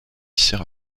sert